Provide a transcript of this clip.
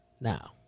now